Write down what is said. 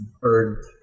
bird